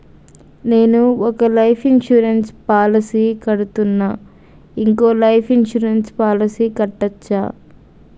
నేను ఒక life insurance policy కడ్తున్నా, ఇంకో లైఫ్ ఇన్సూరెన్స్ పాలసీ కట్టొచ్చా?